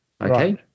okay